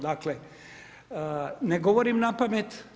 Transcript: Dakle, ne govorim na pamet.